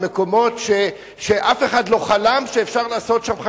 במקומות שאף אחד לא חלם שאפשר לעשות שם חקלאות,